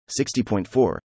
60.4